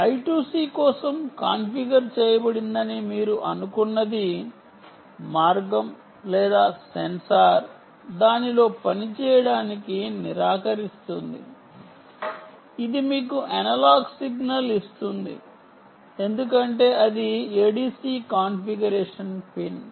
I2C కోసం configure చేయబడిందని మీరు అనుకున్నది మార్గం లేదా సెన్సార్ దానిలో పనిచేయడానికి నిరాకరిస్తుంది ఇది మీకు అనలాగ్ సిగ్నల్ ఇస్తుంది ఎందుకంటే అది ADC కాన్ఫిగరేషన్ పిన్